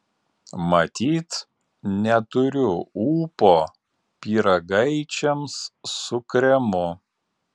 matyt neturiu ūpo pyragaičiams su kremu